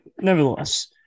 Nevertheless